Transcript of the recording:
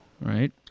Right